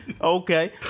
Okay